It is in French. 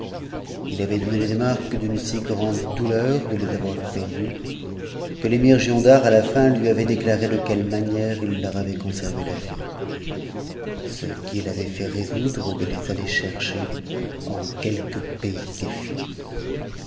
il avait donné des marques d'une si grande douleur de les avoir perdus que l'émir giondar à la nn lui avait déclaré de quelle manière il leur avait conservé la vie ce qui l'avait fait résoudre de les aller chercher m quelque pays qu'ils fussent